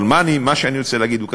אבל מה שאני רוצה להגיד הוא כזה,